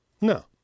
No